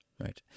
Right